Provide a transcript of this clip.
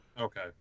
Okay